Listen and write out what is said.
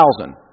thousand